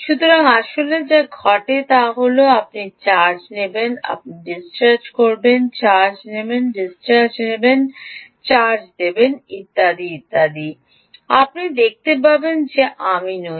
সুতরাং আসলে যা ঘটে তা হল আপনি চার্জ নেবেন আপনি dischrge করবেন চার্জ নেবেন dischrge নেবেন চার্জ দেবেন ইত্যাদি ইত্যাদি আপনি দেখতে পাবেন যে আমি নই